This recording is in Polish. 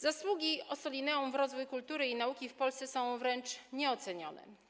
Zasługi Ossolineum dla rozwoju kultury i nauki w Polsce są wręcz nieocenione.